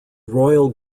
royal